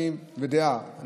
אני בדעה,